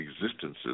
existences